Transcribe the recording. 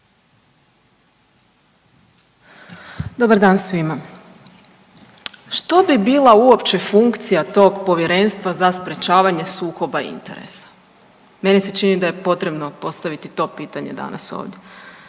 Dobar dan svima. Što bi bila uopće funkcija tog Povjerenstva za sprječavanje sukoba interesa? Meni se čini da je potrebno postaviti to pitanje danas ovdje.